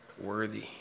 worthy